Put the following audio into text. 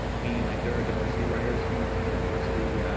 mean like there are diversity writers, you know, their diversity.